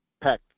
pack